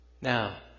Now